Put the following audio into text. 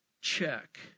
check